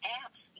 apps